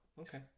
Okay